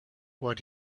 what